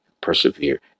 Persevere